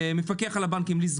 המנופחות שהבנקים גובים.